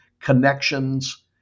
connections